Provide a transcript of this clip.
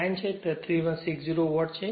9 છે તે 3160 વોટ છે